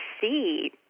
see